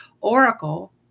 Oracle